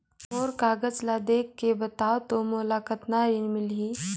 मोर कागज ला देखके बताव तो मोला कतना ऋण मिलही?